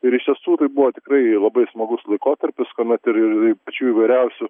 ir iš tiesų tai buvo tikrai labai smagus laikotarpis kuomet ir ir pačių įvairiausių